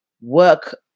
work